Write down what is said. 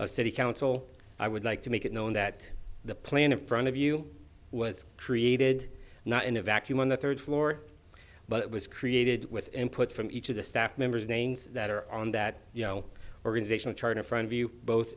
council i would like to make it known that the plan of front of you was created not in a vacuum on the third floor but was created with input from each of the staff members names that are on that you know organizational chart in front of you both